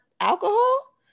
alcohol